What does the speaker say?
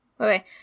Okay